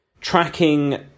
tracking